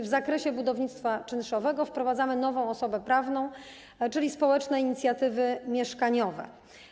W zakresie budownictwa czynszowego wprowadzamy nową osobę prawną, czyli społeczne inicjatywy mieszkaniowe.